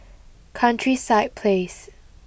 Countryside Place